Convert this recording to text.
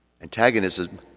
Antagonism